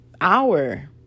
hour